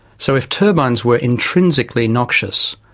so if turbines were intrinsically noxious,